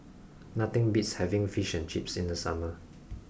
nothing beats having Fish and Chips in the summer